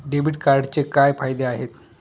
Debit कार्डचे काय फायदे आहेत?